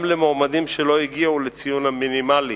גם למועמדים שלא הגיעו לציון המינימלי